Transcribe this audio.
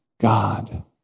God